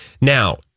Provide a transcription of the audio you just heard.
Now